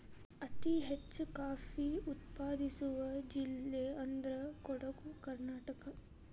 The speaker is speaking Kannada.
ಅತಿ ಹೆಚ್ಚು ಕಾಫಿ ಉತ್ಪಾದಿಸುವ ಜಿಲ್ಲೆ ಅಂದ್ರ ಕೊಡುಗು ಕರ್ನಾಟಕ